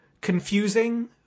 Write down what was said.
confusing